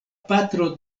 patro